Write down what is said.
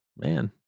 Man